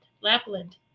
Lapland